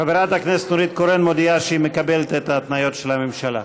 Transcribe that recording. חברת הכנסת נורית קורן מודיעה שהיא מקבלת את ההתניות של הממשלה.